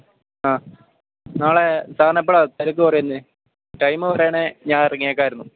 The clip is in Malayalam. ആ നാളെ സാറിന് എപ്പോഴാണ് തിരക്ക് കുറയുന്നത് ടൈം പറയുകയാണേൽ ഞാൻ ഇറങ്ങിയേക്കാമായിരുന്നു